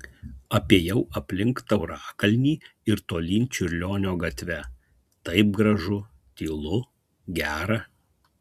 apėjau aplink taurakalnį ir tolyn čiurlionio gatve taip gražu tylu gera